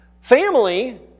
Family